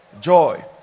joy